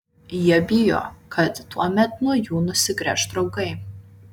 jie bijo kad tuomet nuo jų nusigręš draugai